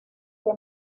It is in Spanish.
que